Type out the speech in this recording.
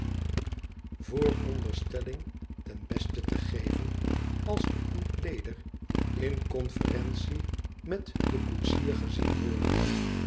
ten beste te geven als de ontleder in conferentie met den koetsier gezien wordt